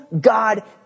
God